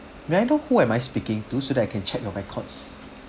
may I know who am I speaking to so that I can check your records